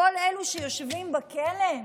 כל אלו שיושבים בכלא.